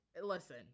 listen